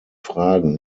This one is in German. fragen